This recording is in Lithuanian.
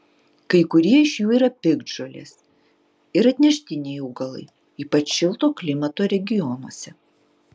kai kurie iš jų yra piktžolės ir atneštiniai augalai ypač šilto klimato regionuose